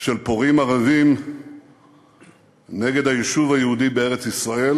של פורעים ערבים נגד היישוב היהודי בארץ-ישראל